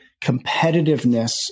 competitiveness